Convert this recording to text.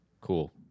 Cool